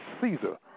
Caesar